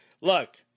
look